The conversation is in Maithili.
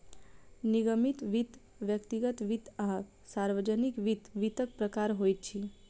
निगमित वित्त, व्यक्तिगत वित्त आ सार्वजानिक वित्त, वित्तक प्रकार होइत अछि